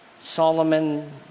Solomon